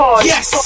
yes